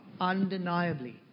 undeniably